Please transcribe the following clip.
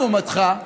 לעומתך,